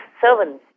servants